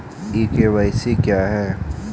ई KYC क्या है?